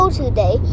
today